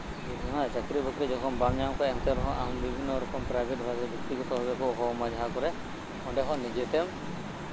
ᱪᱟᱠᱨᱤ ᱵᱟᱠᱨᱤ ᱡᱚᱠᱷᱚᱱ ᱵᱟᱢ ᱧᱟᱢ ᱠᱟᱜᱼᱟ ᱮᱱᱛᱮ ᱨᱮᱦᱚᱸ ᱵᱤᱵᱷᱤᱱᱱᱚ ᱨᱚᱠᱚᱢ ᱯᱨᱮᱨᱟᱭᱵᱷᱮᱴ ᱨᱮᱦᱚᱸ ᱵᱮᱠᱛᱤ ᱜᱚᱛᱚ ᱵᱷᱟᱵᱮ ᱠᱚ ᱦᱚᱦᱚ ᱟᱢᱟ ᱚᱸᱰᱮ ᱦᱚᱸ ᱱᱤᱡᱮᱛᱮᱢ